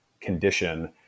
condition